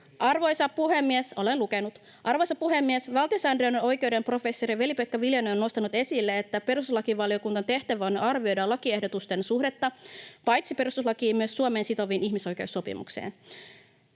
Arvoisa puhemies! Valtiosääntöoikeuden professori Veli-Pekka Viljanen on nostanut esille, että perustuslakivaliokunnan tehtävä on arvioida lakiehdotusten suhdetta paitsi perustuslakiin myös Suomea sitoviin ihmisoikeussopimuksiin.